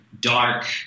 dark